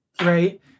Right